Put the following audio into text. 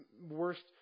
worst